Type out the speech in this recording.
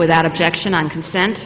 without objection on consent